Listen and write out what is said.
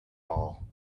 all